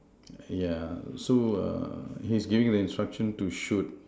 yeah so err he's giving the instruction to shoot